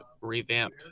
revamp